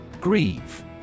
Grieve